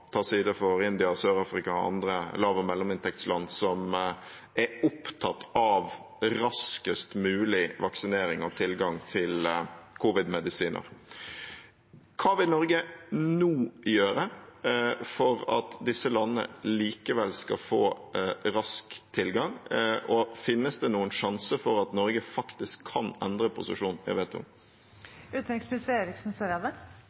ta side for India, Sør-Afrika og andre lav- og mellominntektsland som er opptatt av raskest mulig vaksinering og tilgang til covid-19-medisiner. Hva vil Norge nå gjøre for at disse landene likevel skal få rask tilgang? Finnes det noen sjanse for at Norge kan endre